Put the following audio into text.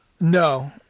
no